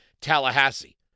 Tallahassee